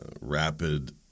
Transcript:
rapid